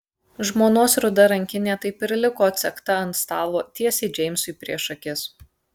žmonos ruda rankinė taip ir liko atsegta ant stalo tiesiai džeimsui prieš akis